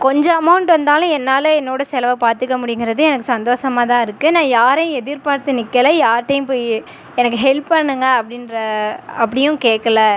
கொஞ்சம் அமௌண்ட் வந்தாலும் என்னால் என்னோடய செலவை பார்த்துக்க முடியுங்கிறது எனக்கு சந்தோஷமா தான் இருக்குது நான் யாரையும் எதிர்பார்த்து நிற்கல யார்கிட்டையும் போய் எனக்கு ஹெல்ப் பண்ணுங்கள் அப்படின்ற அப்படியும் கேட்கல